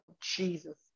Jesus